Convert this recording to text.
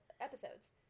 episodes